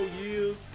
years